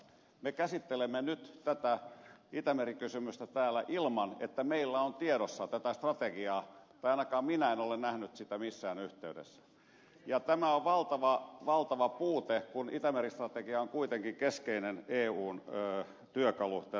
me käsittelemme nyt tätä itämeri kysymystä täällä ilman että meillä on tiedossa tätä strategiaa tai ainakaan minä en ole nähnyt sitä missään yhteydessä ja tämä on valtava valtava puute kun itämeri strategia on kuitenkin keskeinen eun työkalu tässä tulevaisuudessa